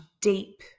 deep